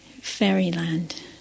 fairyland